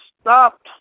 stopped